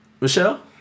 Michelle